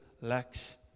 lacks